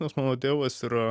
nes mano tėvas yra